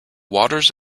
waters